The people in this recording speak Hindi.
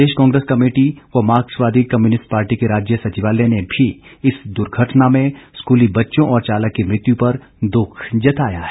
प्रदेश कांग्रेस कमेटी मार्क्सवादी कम्युनिस्ट पार्टी के राज्य सचिवालय में भी इस दुर्घटना में स्कूली बच्चों और चालक की मृत्यु पर दुख जताया है